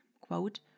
quote